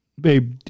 Babe